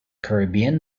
caribbean